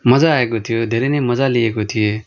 मज्जा आएको थियो धेरै नै मज्जा लिएको थिएँ